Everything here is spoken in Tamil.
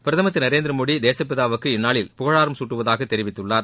பிரதமர் திரு நரேந்திர மோடி தேசப்பிதாவுக்கு இந்நாளில் புகழாரம் சூட்டுவதாக தெரிவித்துள்ளார்